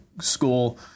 school